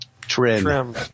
Trim